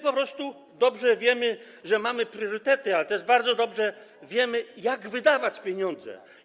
Po prostu dobrze wiemy, jakie mamy priorytety, ale też bardzo dobrze wiemy, jak wydawać pieniądze.